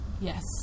Yes